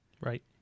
Right